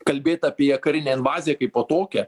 kalbėt apie karinę invaziją kaipo tokią